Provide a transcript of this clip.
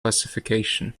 classification